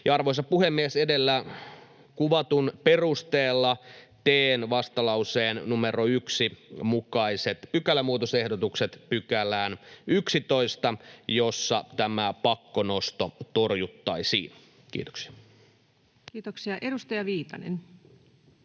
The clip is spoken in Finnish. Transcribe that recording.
Arvoisa puhemies! Edellä kuvatun perusteella teen vastalauseen numero 1 mukaiset pykälämuutosehdotukset 11 §:ään, jossa tämä pakkonosto torjuttaisiin. — Kiitoksia. Kiitoksia. — Edustaja Viitanen.